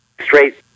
straight